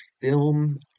film